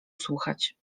słuchać